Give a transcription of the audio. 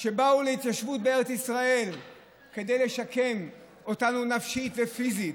שבאו להתיישבות בארץ ישראל כדי לשקם אותנו נפשית ופיזית,